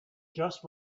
just